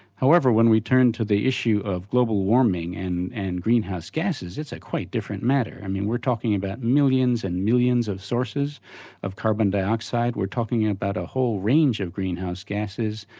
however, when we turned to the issue of global warming and and greenhouse gases, that's a quite different matter, i mean we're talking about millions and millions of sources or carbon dioxide, we're talking about a whole range of greenhouse gases,